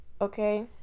okay